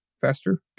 faster